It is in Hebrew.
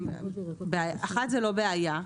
אחת זאת לא בעיה,